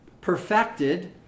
perfected